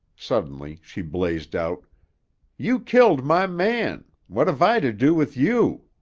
suddenly, she blazed out you killed my man. what hev i to do with you?